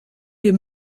wir